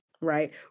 right